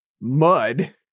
mud